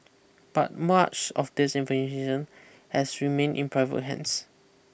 but much of this has remained in private hands